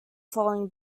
following